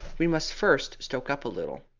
we must first stoke up a little.